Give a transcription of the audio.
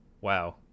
Wow